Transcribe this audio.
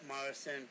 Morrison